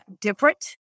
different